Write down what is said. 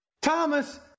Thomas